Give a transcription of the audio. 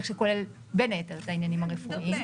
שכולל בין היתר את העניינים הרפואיים.